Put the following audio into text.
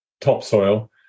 topsoil